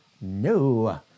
no